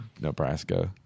Nebraska